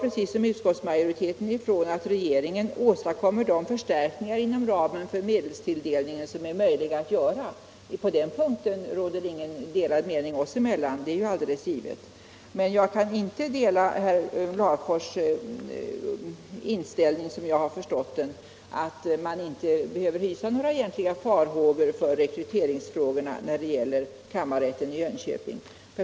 Precis som utskottsmajoriteten utgår jag sedan ifrån att regeringen åstadkommer de förstärkningar som är möjliga inom ramen för medelstilldelningen. På den punkten råder det inga delade meningar mellan regeringen och mig — det är alldeles givet. Men jag kan inte dela herr Larfors inställning att vi inte behöver hysa några egentliga farhågor för rekryteringsfrågorna när det gäller kammarrätten i Jönköping.